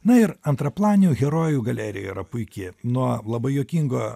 na ir antraplanių herojų galerija yra puiki nuo labai juokingo